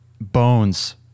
bones